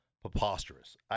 preposterous